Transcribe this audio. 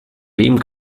wem